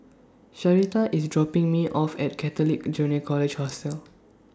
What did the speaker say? Sharita IS dropping Me off At Catholic Junior College Hostel